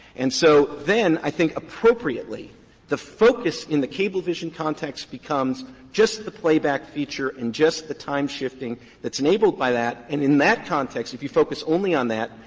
and so then i think appropriately the focus in the cablevision context becomes just the playback feature and just the time-shifting that's enabled by that. and in that context, if you focus only on that,